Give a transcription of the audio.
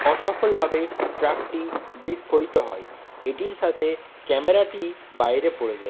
অসফলভাবে ট্রাকটি বিস্ফোরিত হয় এটির সাথে ক্যামেরাটি বাইরে পড়ে যায়